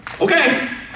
Okay